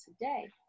today